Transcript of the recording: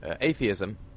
atheism